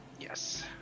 Yes